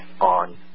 on